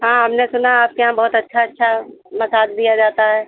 हाँ हमने सुना है आपके यहाँ बहुत अच्छा अच्छा मसाज दिया जाता है